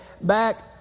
back